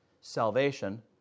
salvation